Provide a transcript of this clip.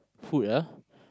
food ah